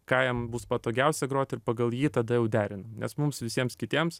ką jam bus patogiausia grot ir pagal jį tada jau derinam nes mums visiems kitiems